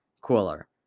cooler